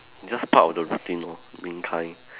just part of the routine lor being kind